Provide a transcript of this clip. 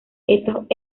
estos